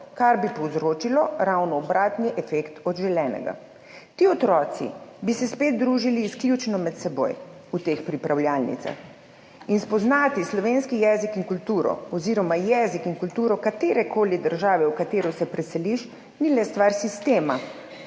kar bi povzročilo ravno obratni efekt od želenega. Ti otroci bi se spet družili izključno med seboj v teh pripravljalnicah in spoznati slovenski jezik in kulturo oziroma jezik in kulturo katerekoli države, v katero se preseliš, ni le stvar sistema,